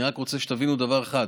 אני רק רוצה שתבינו דבר אחד: